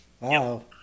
Wow